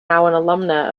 alumna